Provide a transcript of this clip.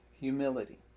humility